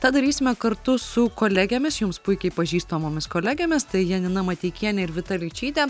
tą darysime kartu su kolegėmis jums puikiai pažįstamomis kolegėmis tai janina mateikienė ir vita ličytė